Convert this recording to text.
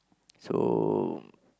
so